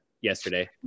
yesterday